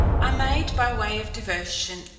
i made, by way of devotion,